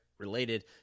related